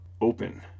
open